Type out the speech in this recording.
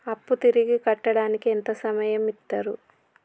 అప్పు తిరిగి కట్టడానికి ఎంత సమయం ఇత్తరు?